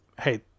hey